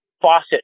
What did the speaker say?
faucet